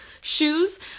shoes